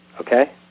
Okay